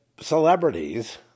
celebrities